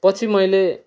पछि मैले